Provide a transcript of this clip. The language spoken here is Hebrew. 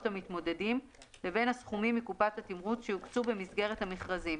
המתמודדים לבין הסכומים מקופת התמרוץ שיוקצו במסגרת המכרזים,